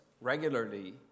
regularly